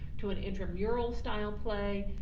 to an intramural style play,